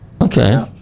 Okay